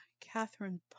Catherine